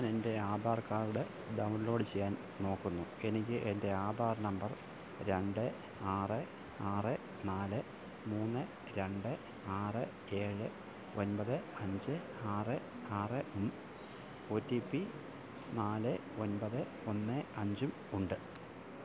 ഞാൻ എൻ്റെ Aadhaar card download ചെയ്യാൻ നോക്കുന്നു എനിക്ക് എൻ്റെ ആധാർ നമ്പർ രണ്ട് ആറ് ആറ് നാല് മൂന്ന് രണ്ട് ആറ് ഏഴ് ഒമ്പത് അഞ്ച് ആറ് ആറ് ഉം ഒ ടി പി നാല് ഒമ്പത് ഒന്ന് അഞ്ചും ഉണ്ട്